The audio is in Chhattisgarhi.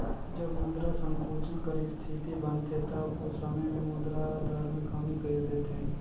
जब मुद्रा संकुचन कर इस्थिति बनथे तब ओ समे में मुद्रा दर में कमी कइर देथे